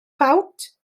ffawt